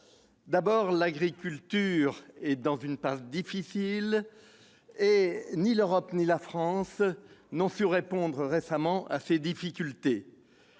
L'agriculture est dans une passe difficile. Or ni l'Europe ni la France n'ont su répondre récemment à ces difficultés.